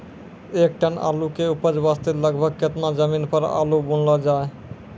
एक टन आलू के उपज वास्ते लगभग केतना जमीन पर आलू बुनलो जाय?